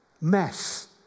Mess